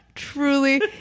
truly